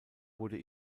wurde